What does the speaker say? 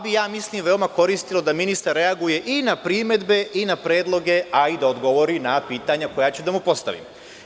Mislim, da bi veoma koristilo da ministar reaguje i na primedbe i na predloge, a i da odgovori na pitanja koja ću da mu postavim.